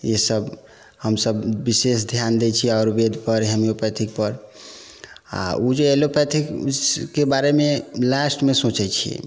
ईसभ हमसभ विशेष ध्यान दै छियै आयुर्वेदपर होम्योपैथीपर आ ओ जे एलोपैथिकके बारेमे लास्टमे सोचै छियै